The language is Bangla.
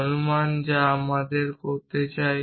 অনুমান যা আমাদের করতে দেয়